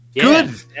Good